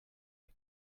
you